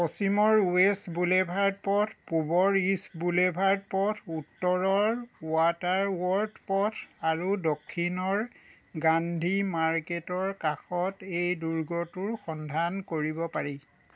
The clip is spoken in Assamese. পশ্চিমৰ ৱেষ্ট বুলেভাৰ্ড পথ পূবৰ ইষ্ট বুলেভাৰ্ড পথ উত্তৰৰ ৱাটাৰ ৱৰ্থ পথ আৰু দক্ষিণৰ গান্ধী মাৰ্কেটৰ কাষত এই দুৰ্গটোৰ সন্ধান কৰিব পাৰি